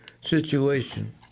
situation